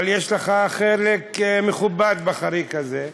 אבל יש לך חלק מכובד בחריג הזה,